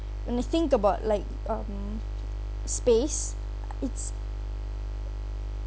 when I think about like um space it's